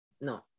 No